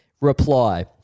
Reply